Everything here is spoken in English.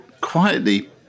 quietly